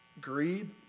Greed